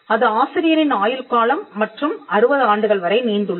அது ஆசிரியரின் ஆயுள் காலம் மற்றும் 60 ஆண்டுகள் வரை நீண்டுள்ளது